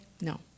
No